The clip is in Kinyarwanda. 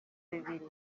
bibiri